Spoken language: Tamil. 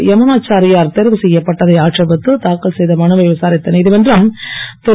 யமுனாச்சாரியார் தேர்வு செய்யப்பட்டதை ஆட்சேபித்து தாக்கல் செய்த மனுவை விசாரித்த நீதிமன்றம் திரு